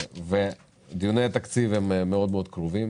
דיוני התקציב מאוד קרובים,